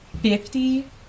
fifty